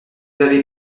avez